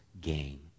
gain